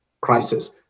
crisis